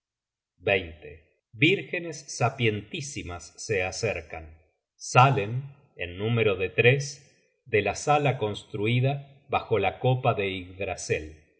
urd vírgenes sapientísimas se acercan salen en número de tres de la sala construida bajo la copa de